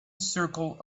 circle